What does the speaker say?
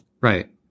right